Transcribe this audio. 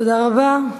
תודה רבה.